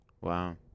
Wow